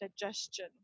digestion